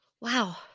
Wow